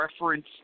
reference